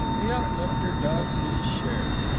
the uplifter does his share.